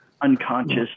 unconscious